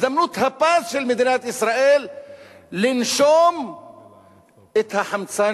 הזדמנות הפז של מדינת ישראל לנשום את החמצן